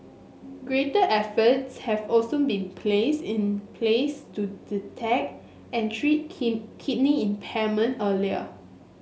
greater efforts have also been place in place to detect and treat king kidney impairment earlier